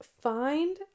find